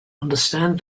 understand